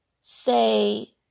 say